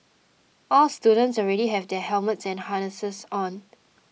all students already have their helmets and harnesses on